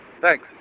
Thanks